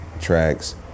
tracks